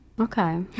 Okay